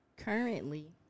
Currently